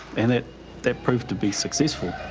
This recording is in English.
and that that proved to be successful.